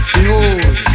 Behold